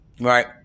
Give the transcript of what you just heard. Right